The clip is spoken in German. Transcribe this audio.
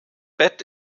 bett